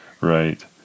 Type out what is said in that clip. Right